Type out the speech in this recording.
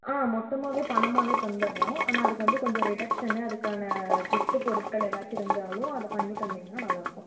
மொத்தமாகவே பணமாகவே தந்துட்றோம் ஆனால் அதுக்கு வந்து கொஞ்சம் ரிடெக்ஷனு அதுக்கான கிஃப்ட்டு பொருட்கள் ஏதாச்சும் இருந்தாலும் அதை பண்ணி தந்திங்கனா நல்லாயிருக்கும்